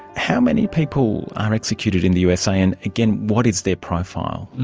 how many people are executed in the usa, and again what is their profile?